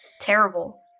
Terrible